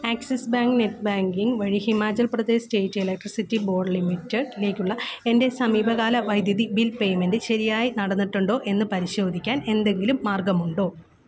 axis bank net banking വഴി Himachal Pradesh state electricity board limited ലേക്കുള്ള എൻ്റെ സമീപകാല വൈദ്യുതി ബിൽ പേയ്മെൻറ്റ് ശരിയായി നടന്നിട്ടുണ്ടോ എന്ന് പരിശോധിക്കാൻ എന്തെങ്കിലും മാർഗമുണ്ടോ